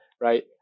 Right